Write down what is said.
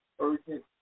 urgent